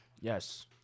Yes